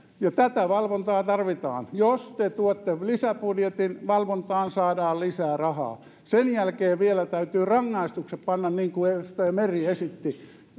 ja tätä valvontaa tarvitaan jos te tuotte lisäbudjetin valvontaan saadaan lisää rahaa sen jälkeen vielä täytyy rangaistukset panna niin kuin edustaja meri esitti